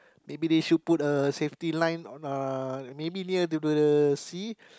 maybe they should put a safety line uh maybe near to the sea